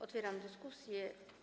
Otwieram dyskusję.